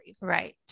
Right